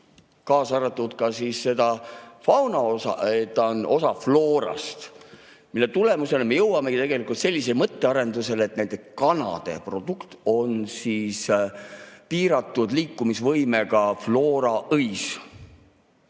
kaasa arvatud seda fauna osa, et ta on osa floorast, mille tulemusena me jõuamegi tegelikult sellise mõttearenduseni, et kanade produkt on piiratud liikumisvõimega floora õis.